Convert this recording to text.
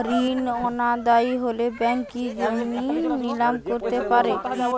ঋণ অনাদায়ি হলে ব্যাঙ্ক কি জমি নিলাম করতে পারে?